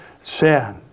sin